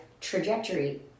trajectory